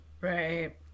Right